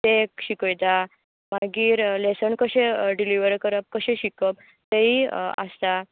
तें एक शिकयता मागीर लॅसन कशें डिलीवर करप कशें शिकप तेंई आसता